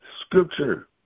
scripture